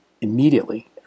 immediately